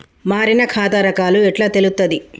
మారిన ఖాతా రకాలు ఎట్లా తెలుత్తది?